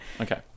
okay